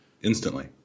Instantly